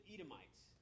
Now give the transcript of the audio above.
Edomites